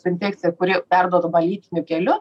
su infekcija kuri perduodama lytiniu keliu